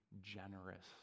generous